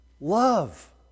love